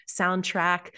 soundtrack